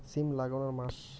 সিম লাগানোর মাস?